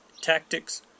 tactics